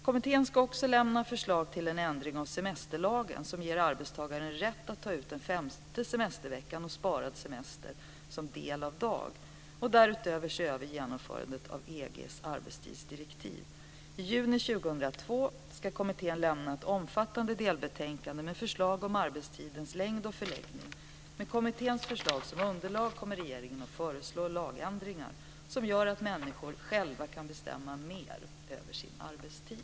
Kommittén ska också lämna förslag till en ändring av semesterlagen som ger arbetstagaren rätt att ta ut den femte semesterveckan och sparad semester som del av dag. Därutöver ska kommittén se över genomförandet av EG:s arbetstidsdirektiv. I juni 2002 ska kommittén lämna ett omfattande delbetänkande med förslag om arbetstidens längd och förläggning. Med kommitténs förslag som underlag kommer regeringen att föreslå lagändringar som gör att människor själva kan bestämma mer över sin arbetstid.